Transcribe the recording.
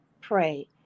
pray